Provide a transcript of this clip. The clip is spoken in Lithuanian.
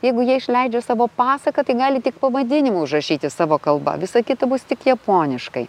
jeigu jie išleidžia savo pasaką tai gali tik pavadinimą užrašyti savo kalba visa kita bus tik japoniškai